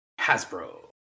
Hasbro